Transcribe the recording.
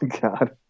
God